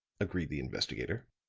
agreed the investigator.